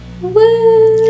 Woo